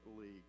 league